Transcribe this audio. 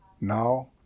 Now